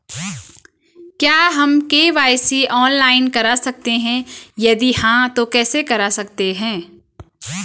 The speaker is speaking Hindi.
क्या हम के.वाई.सी ऑनलाइन करा सकते हैं यदि हाँ तो कैसे करा सकते हैं?